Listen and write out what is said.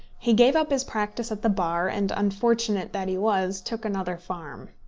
he gave up his practice at the bar, and, unfortunate that he was, took another farm.